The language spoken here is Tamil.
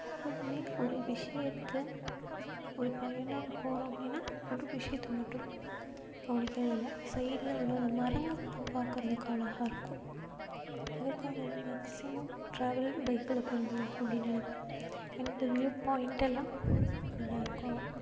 எப்போதும் ஒரு விஷியத்தை ஒரு பயணம் போகிறோம் அப்படின்னா ஒரு விஷயத்த மட்டும் கவனிக்கிறதில்ல சைடில் உள்ள அந்த மரங்கள்லாம் பார்க்கறதுக்கு அழகா இருக்கும் அதுக்காகவே மேக்ஸிமம் ட்ராவல் பைகில் பண்ணும் அப்படின்னு நினைப்பேன் ஏன்னா அந்த வீயூவ் பாயிண்ட் எல்லாம் நல்லாருக்கும்